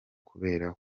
kubera